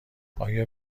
آیا